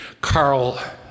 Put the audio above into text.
Carl